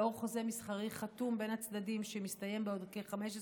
לאור חוזה מסחרי חתום בין הצדדים שמסתיים בעוד כ-15 שנה,